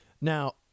Now